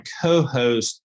co-host